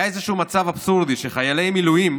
היה מצב אבסורדי שחיילי מילואים,